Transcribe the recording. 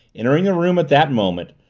entering the room at that moment,